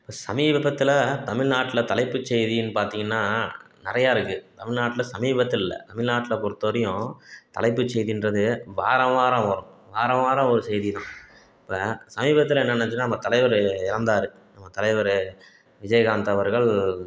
இப்போ சமீபத்துல தமிழ்நாட்டுல தலைப்பு செய்தின்னு பார்த்திங்கன்னா நிறையா இருக்குது தமிழ்நாட்டில சமீபத்தில் இல்லை தமிழ்நாட்டில பொருத்த வரையும் தலைப்பு செய்தின்கிறது வாரம் வாரம் வரும் வாரம் வாரம் ஒரு செய்தி தான் இப்போ சமீபத்தில் என்ன நடந்துச்சுனா நம்ம தலைவர் இறந்தாரு நம்ம தலைவர் விஜயகாந்த் அவர்கள்